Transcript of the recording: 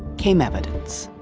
came evidence.